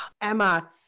Emma